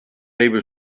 able